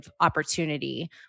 opportunity